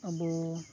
ᱟᱵᱚ